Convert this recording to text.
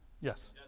Yes